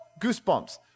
goosebumps